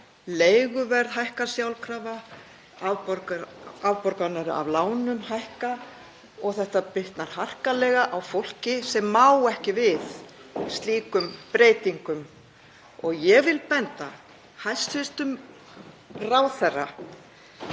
leiguverð hækkar sjálfkrafa, afborganir af lánum hækka og þetta bitnar harkalega á fólki sem má ekki við slíkum breytingum. Ég vil benda hæstv. ráðherra